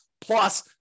plus